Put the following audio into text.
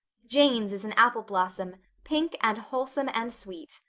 jane's is an apple blossom, pink and wholesome and sweet.